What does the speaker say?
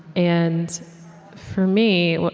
and for me,